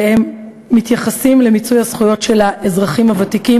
והם מתייחסים למיצוי הזכויות של האזרחים הוותיקים